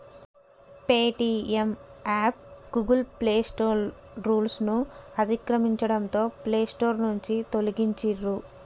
Paytm app Google play store రూల్స్ను అతిక్రమించడంతో play store నుంచి తొలగించిర్రు